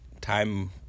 time